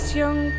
young